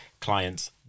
clients